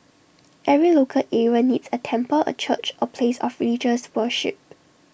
every local area needs A temple A church A place of religious worship